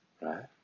Right